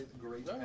great